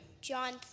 john